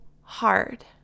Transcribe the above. hard